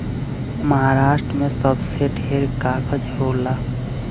महारास्ट्र मे सबसे ढेर कागज़ होला